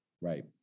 Right